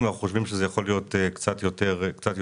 ואנחנו חושבים שזה יכול להיות קצת יותר מזה.